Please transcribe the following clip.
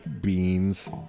beans